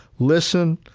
listen,